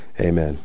Amen